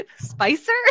Spicer